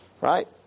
Right